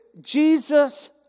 Jesus